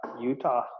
Utah